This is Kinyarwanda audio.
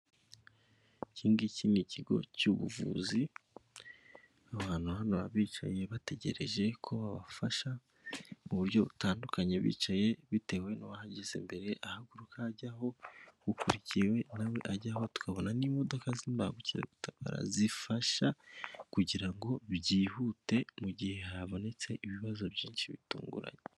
Iki ngiki ni ikigo cy'ubuvuzi, abantu hano baba bicaye bategereje ko babafasha mu buryo butandukanye bicaye bitewe n'uwahageze mbere, ahaguruka ajya aho ukurikiye we na we ajyaho, tukabona n'imodoka z'imbangukiragutabara zifasha kugira ngo byihute mu gihe habonetse ibibazo byinshi bitunguranye.